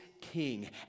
King